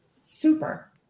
super